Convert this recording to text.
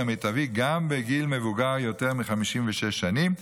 המיטבי גם בגיל מבוגר יותר מ-56 שנים,